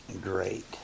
great